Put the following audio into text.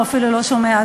הוא אפילו לא שומע.